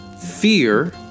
fear